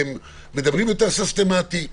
אתם מדברים יותר סיסטמטי.